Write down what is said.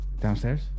downstairs